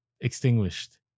extinguished